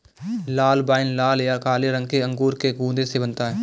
लाल wine लाल या काले रंग के अंगूर के गूदे से बनता है